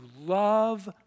love